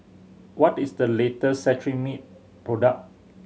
what is the latest Cetrimide product